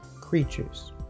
creatures